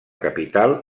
capital